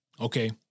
okay